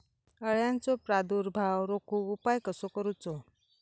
अळ्यांचो प्रादुर्भाव रोखुक उपाय कसो करूचो?